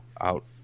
out